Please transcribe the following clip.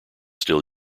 still